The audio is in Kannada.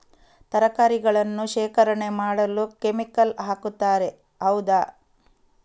ತರಕಾರಿಗಳನ್ನು ಶೇಖರಣೆ ಮಾಡಲು ಕೆಮಿಕಲ್ ಹಾಕುತಾರೆ ಹೌದ?